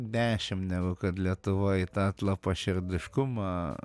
dešim negu kad lietuvoj į tą atlapaširdiškumą